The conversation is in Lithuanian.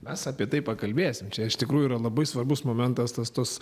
mes apie tai pakalbėsim čia iš tikrųjų yra labai svarbus momentas tas tas